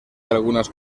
algunas